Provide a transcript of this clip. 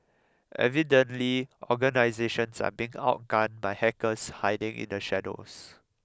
evidently organisations are being outgunned by hackers hiding in the shadows